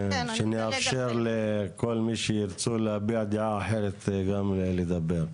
שנאפשר לכל מי שירצו להביע דעה אחרת גם לדבר.